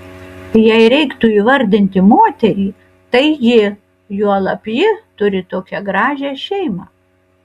jei reiktų įvardinti moterį tai ji juolab ji turi tokią gražią šeimą